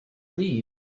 read